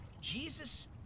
Jesus